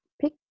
pick